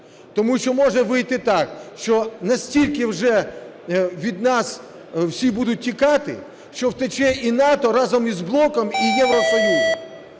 тому що може вийти так, що настільки вже від нас всі будуть тікати, що втече і НАТО, разом із блоком, і Євросоюз.